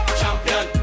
champion